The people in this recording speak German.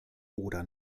oder